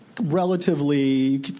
Relatively